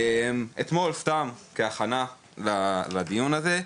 אתמול סתם כהכנה לדיון הזה,